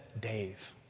Dave